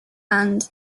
and